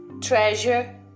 treasure